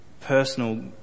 personal